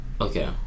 Okay